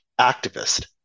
activist